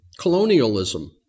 colonialism